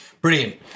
Brilliant